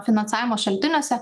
finansavimo šaltiniuose